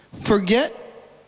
Forget